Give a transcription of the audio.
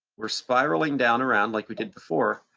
we're spiraling down around like we did before,